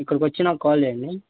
ఇక్కడికి వచ్చి నాకు కాల్ చేయండి